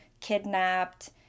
kidnapped